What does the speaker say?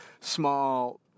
small